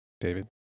David